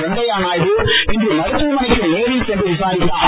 வெங்கையா நாயுடு இன்று மருத்துவமனைக்கு நேரில் சென்று விசாரித்தார்